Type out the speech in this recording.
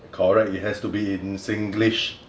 correct it has to be in singlish